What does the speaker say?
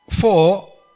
four